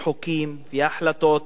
וחוקים והחלטות